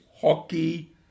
hockey